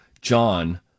John